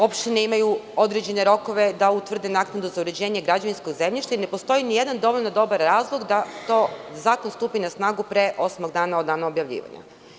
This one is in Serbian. Opštine imaju određene rokove da utvrde naknadu za uređenje građevinskog zemljišta i ne postoji ni jedan dovoljno dobar razlog da zakon stupi na snagu pre osmog dana od dana objavljivanja.